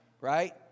Right